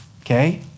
Okay